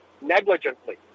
negligently